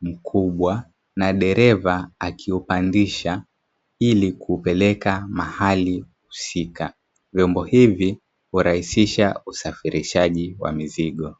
mkubwa, na dereva akiupandisha ili kuupeleka mahali husika. Vyombo hivi hurahisisha usafirishaji wa mizigo.